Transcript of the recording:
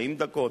40 דקות,